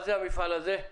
מה זה המפעל הזה?